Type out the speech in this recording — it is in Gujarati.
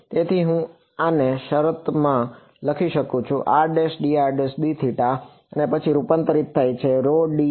તેથી હું આને શરતોમાં લખી શકું છું rdrdθ અને પછી રૂપાંતરિત થાય છે ρdρdθ